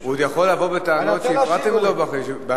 הוא עוד יכול לבוא בטענות שהפרעתם לו בנאום,